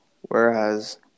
Whereas